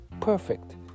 perfect